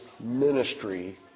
ministry